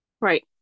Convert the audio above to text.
Right